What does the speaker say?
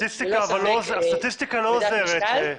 ללא ספק כבדת משקל.